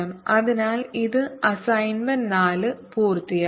അതിനാൽ ഇത് അസൈൻമെന്റ് 4 പൂർത്തിയാക്കുന്നു